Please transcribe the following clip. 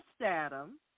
Adam